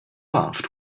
laughed